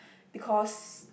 because